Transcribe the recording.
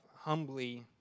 humbly